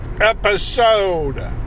episode